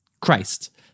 Christ